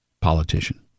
politician